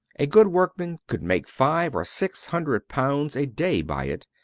a good workman could make five or six hundred pounds a day by it.